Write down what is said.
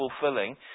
fulfilling